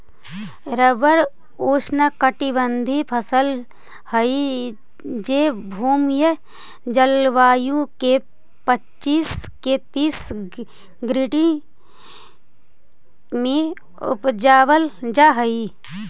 rubber ऊष्णकटिबंधी फसल हई जे भूमध्य जलवायु में पच्चीस से तीस डिग्री में उपजावल जा हई